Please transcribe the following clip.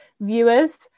viewers